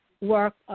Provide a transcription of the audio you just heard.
work